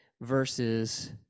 versus